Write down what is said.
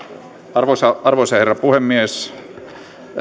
arvoisa arvoisa herra puhemies